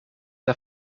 der